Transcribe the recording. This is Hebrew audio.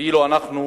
ואילו אנחנו,